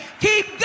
Keep